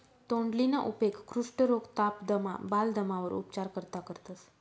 तोंडलीना उपेग कुष्ठरोग, ताप, दमा, बालदमावर उपचार करता करतंस